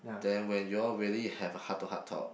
then when you all really have a heart to heart talk